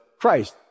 Christ